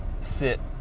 sit